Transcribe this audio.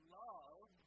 love